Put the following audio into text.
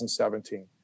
2017